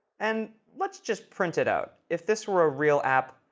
and let's just print it out. if this were a real app,